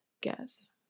guess